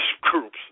groups